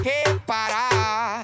Reparar